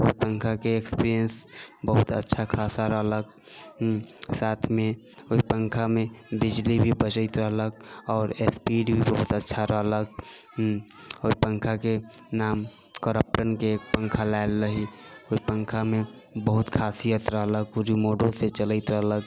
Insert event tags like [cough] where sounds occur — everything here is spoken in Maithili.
ओहि पङ्खाके इक्स्पिरीयन्स बहुत अच्छा खासा रहलक साथमे ओहि पङ्खामे बिजली भी बचैत रहलक आओर स्पीड भी बहुत अच्छा रहलक ओहि पङ्खाके नाम क्रोमपटनके पङ्खा लायल रही ओहि पङ्खामे बहुत खासियत रहलक से [unintelligible] मॉडल से चलत रहलक